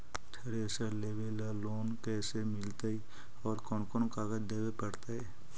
Thresher लेबे ल loan कैसे मिलतइ और कोन कोन कागज देबे पड़तै?